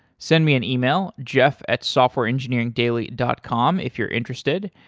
send me an email, jeff at softwareengineeringdaily dot com if you're interested.